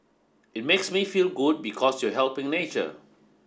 it makes you feel good because you're helping nature